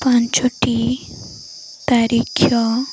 ପାଞ୍ଚୋଟି ତାରିଖ